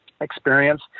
experience